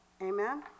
amen